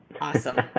Awesome